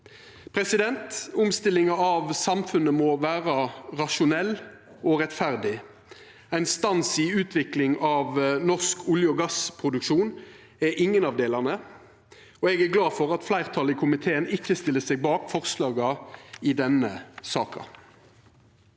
Omstillinga av samfunnet må vera rasjonell og rettferdig. Ein stans i utvikling av norsk olje- og gassproduksjon er ingen av delane, og eg er glad for at fleirtalet i komiteen ikkje stiller seg bak forslaga i denne saka.